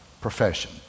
profession